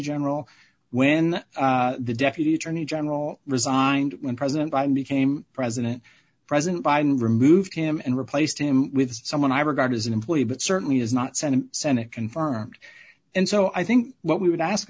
general when the deputy attorney general resigned when president biden became president president biden removed him and replaced him with someone i regard as an employee but certainly is not senate senate confirmed and so i think what we would ask